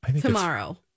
Tomorrow